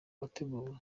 wateguwe